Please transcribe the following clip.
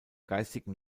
geistigen